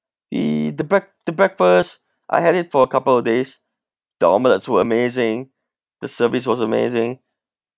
the the break~ the breakfast I had it for a couple of days the omelettes were amazing the service was amazing